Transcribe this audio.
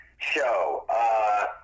Show